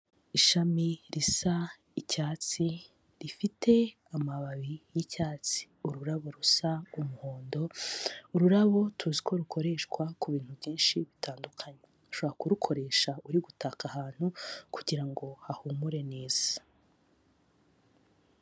Ishami risa icyatsi, rifite amababi y'icyatsi. Ururabo rusa umuhondo, ururabo tuzi ko rukoreshwa ku bintu byinshi bitandukanye. Ushobora kurukoresha uri gutaka ahantu kugira ngo hahumure neza.